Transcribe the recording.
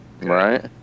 Right